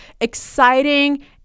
exciting